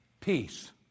peace